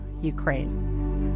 Ukraine